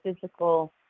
physical